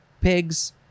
pigs